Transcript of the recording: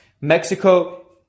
Mexico